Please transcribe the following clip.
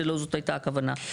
שלא זאת הייתה הכוונה.